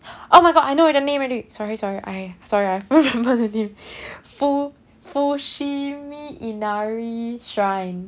oh my god I know where the name already sorry sorry I sorry I remember the name fu~ fushimi inari shrine